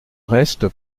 reste